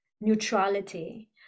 neutrality